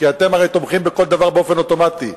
כי אתם הרי תומכים בכל דבר באופן אוטומטי,